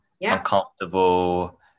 uncomfortable